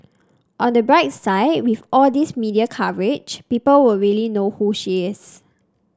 on the bright side with all these media coverage people will really know who she is